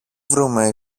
βρούμε